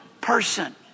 person